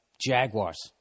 Jaguars